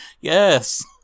Yes